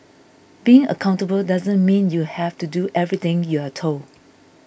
being accountable doesn't mean you have to do everything you're told